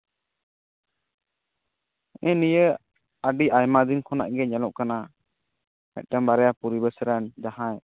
ᱦᱮᱸ ᱱᱤᱭᱟᱹ ᱟᱹᱰᱤ ᱟᱭᱢᱟ ᱫᱤᱱ ᱠᱷᱚᱱᱟᱜ ᱜᱮ ᱧᱮᱞᱚᱜ ᱠᱟᱱᱟ ᱢᱤᱫᱴᱮᱱ ᱵᱟᱨᱭᱟ ᱯᱚᱨᱤᱵᱮᱥ ᱨᱮᱱ ᱡᱟᱦᱟᱸᱭ